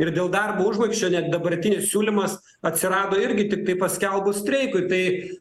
ir dėl darbo užmokesčio net dabartinis siūlymas atsirado irgi tiktai paskelbus streikui tai